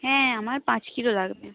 হ্যাঁ আমার পাঁচ কিলো লাগবে